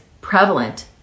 prevalent